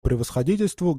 превосходительству